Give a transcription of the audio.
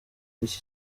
iki